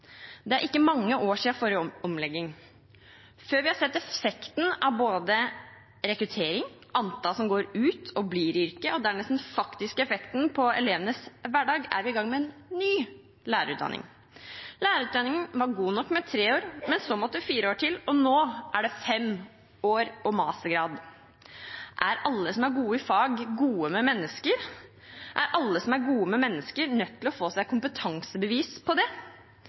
Det er ikke mange år siden forrige omlegging. Før vi har sett effekten av både rekruttering, antallet som går ut og forblir i yrket, og dernest den faktiske effekten på elevenes hverdag, er vi i gang med en ny lærerutdanning. Lærerutdanningen var god nok med tre år, men så måtte det fire år til, og nå er det fem år og mastergrad. Er alle som er gode i fag, gode med mennesker? Er alle som er gode med mennesker, nødt til å få seg kompetansebevis på det?